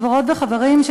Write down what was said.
חברות וחברים,